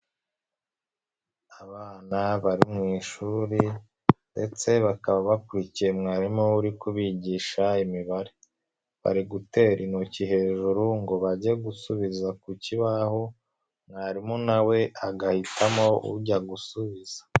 Abana bari mu ishuri ndetse bakaba bakurikiye mwarimu uri kubigisha imibare, bari gutera intoki hejuru ngo bajye gusubiza ku kibaho, mwarimu nawe agahitamo ujya gusubiza.